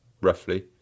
roughly